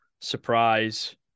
surprise